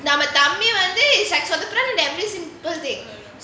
நம்ம தம்பி வந்து சொதப்புராண:namma thambi vanthu sodhapuraanaa very simple thing